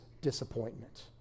disappointment